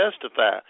testify